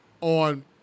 on